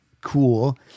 cool